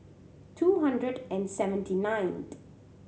two hundred and seventy ninth